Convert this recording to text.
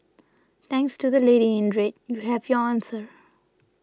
thanks to the lady in red you have your answer